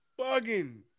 Bugging